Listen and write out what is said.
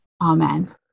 Amen